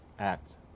Act